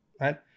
right